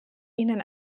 ihnen